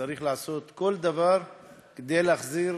צריך לעשות כל דבר כדי להחזיר